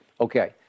Okay